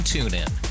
TuneIn